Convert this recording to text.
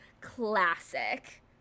classic